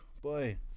Boy